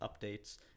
updates